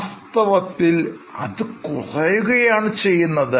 വാസ്തവത്തിൽ അതു കുറയുകയാണ് ചെയ്യുന്നത്